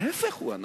ההיפך הוא הנכון.